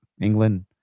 England